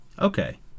okay